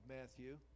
Matthew